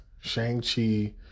Shang-Chi